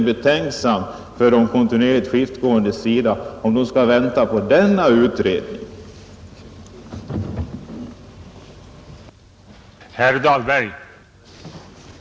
Om de kontinuerligt skiftgående skall vänta på denna utredning så blir man verkligen betänksam.